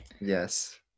Yes